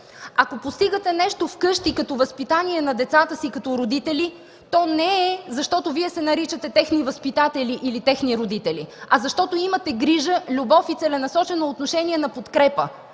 Ако постигате нещо вкъщи като възпитание на децата като родители, то не е защото Вие се наричате техни възпитатели или техни родители, а защото имате грижа, любов и целенасочено отношение на подкрепа.